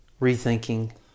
rethinking